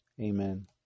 Amen